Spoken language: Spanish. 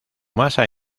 masa